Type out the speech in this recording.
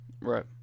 right